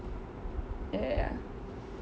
ya ya